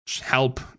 help